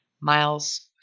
Miles